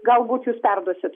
galbūt jūs perduosit